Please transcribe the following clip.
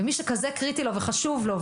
מי שכזה קריטי וחשוב לו,